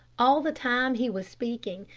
all the time he was speaking,